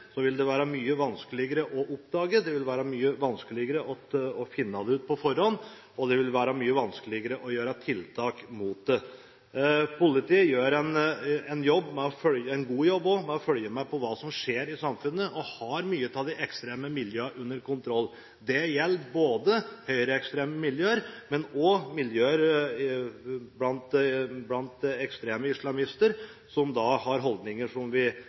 vil det være mye vanskeligere å oppdage det, det vil være mye vanskeligere å finne det ut på forhånd, og det vil være mye vanskeligere å gjøre tiltak mot det. Politiet gjør en jobb – en god jobb også – med å følge med på hva som skjer i samfunnet, og har mye av de ekstreme miljøene under kontroll. Det gjelder høyreekstreme miljøer, men også miljøer blant ekstreme islamister, som har holdninger som vi